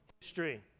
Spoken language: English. history